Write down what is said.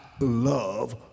love